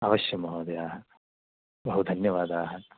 अवश्यं महोदयः बहु धन्यवादाः